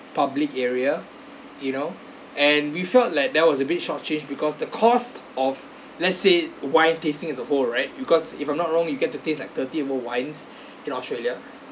public area you know and we felt like there was a bit short change because the cost of let's say wine tasting is a whole right because if I'm not wrong you get to taste like thirty over wines in australia